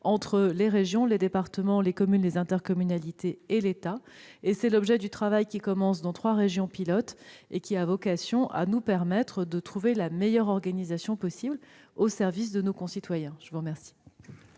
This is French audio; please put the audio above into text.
entre les régions, les départements, les communes, les intercommunalités et l'État. Tel est l'objet du travail qui commence dans trois régions pilotes. Il doit nous permettre de trouver la meilleure organisation possible au service de nos concitoyens. La parole